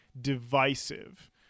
divisive